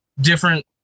different